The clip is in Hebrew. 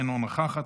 אינה נוכחת,